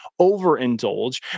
overindulge